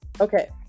Okay